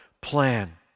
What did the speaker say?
plan